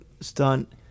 stunt